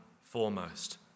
foremost